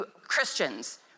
Christians